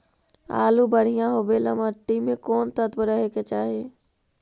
आलु बढ़िया होबे ल मट्टी में कोन तत्त्व रहे के चाही?